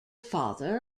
father